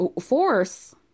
Force